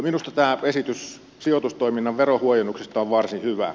minusta tämä esitys sijoitustoiminnan verohuojennuksista on varsin hyvä